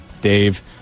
Dave